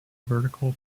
vertical